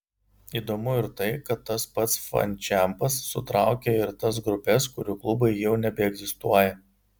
įdomu ir tai kad tas pats fančempas sutraukia ir tas grupes kurių klubai jau nebeegzistuoja